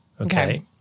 Okay